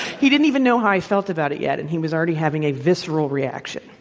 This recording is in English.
he didn't even know how i felt about it yet, and he was already having a visceral reaction.